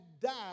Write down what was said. died